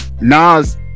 Nas